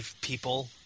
people